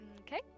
Okay